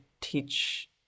teach